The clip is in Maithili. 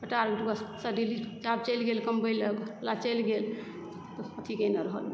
बेटा सब आब दिल्ली आब चलि गेल कमबय लए चलि गेल अथी कयने रहल गे